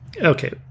okay